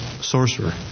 sorcerer